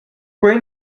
quei